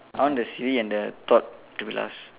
I want the silly and the thought to be last